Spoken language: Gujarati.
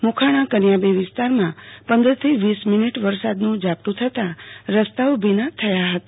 મોખાણા કનૈયાબે વિસ્તારમાં પંદરથી વીસ મિનિટ વરસાદી ઝાપટું થતાં રસ્તાઓ ભીના થયા હતા